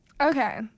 Okay